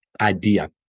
idea